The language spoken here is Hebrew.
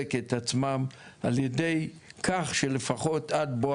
ולחזק את עצמם על ידי כך שלפחות עד בוא